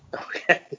Okay